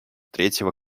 третьего